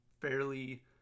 fairly